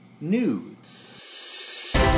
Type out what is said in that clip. Nudes